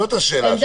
זאת השאלה שלי.